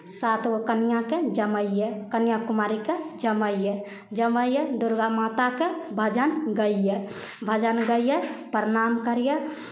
सात गो कनिआँकेँ जमैयै कनिआँ कुमारीकेँ जमैयै जमैयै दुर्गामाताके भजन गैयै भजन गैयै प्रणाम करियै